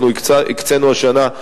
אנחנו הקצינו השנה,